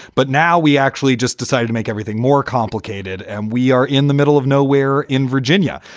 but now we actually just decided to make everything more complicated. and we are in the middle of nowhere in virginia.